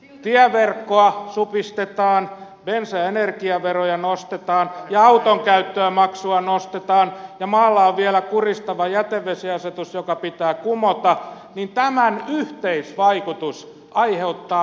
kun tieverkkoa supistetaan bensa ja energiaveroja nostetaan ja autonkäyttömaksua nostetaan ja maalla on vielä kurjistava jätevesiasetus joka pitää kumota niin tämän yhteisvaikutus aiheuttaa maalta pakottamisen